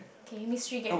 okay list three again